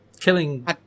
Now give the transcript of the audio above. Killing